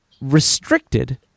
restricted